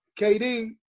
KD